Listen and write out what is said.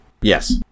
Yes